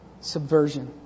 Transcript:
subversion